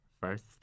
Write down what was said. first